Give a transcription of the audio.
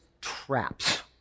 traps